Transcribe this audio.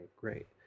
great